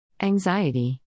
anxiety